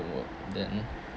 work then